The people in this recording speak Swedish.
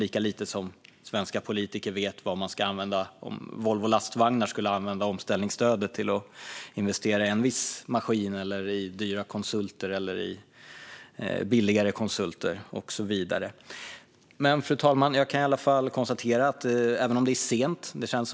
Lika lite vet svenska politiker om Volvo Lastvagnar bör använda omställningsstödet till att investera i en viss maskin eller i dyra eller billigare konsulter och så vidare. Fru talman!